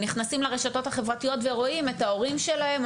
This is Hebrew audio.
נכנסים לרשתות החברתיות ורואים את ההורים שלהם,